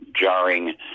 jarring